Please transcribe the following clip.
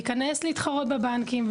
להיכנס להתחרות בבנקים.